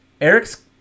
Eric's